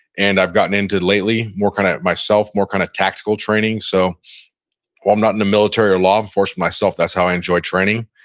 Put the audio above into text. and i've gotten into lately more, kind of myself, more kind of tactical training. so while i'm not in the military or law enforcement myself, that's how i enjoy training.